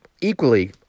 equally